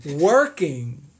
working